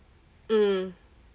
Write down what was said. mm